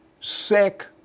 sick